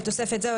בתוספת זו,